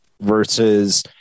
versus